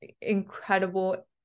incredible